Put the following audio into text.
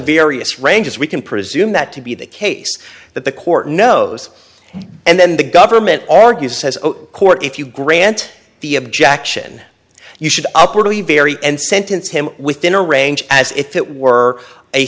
various ranges we can presume that to be the case that the court knows and then the government argues says the court if you grant the objection you should upwardly very and sentence him within a range as if it were a